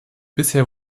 bisher